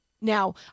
Now